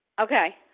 Okay